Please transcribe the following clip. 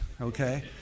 okay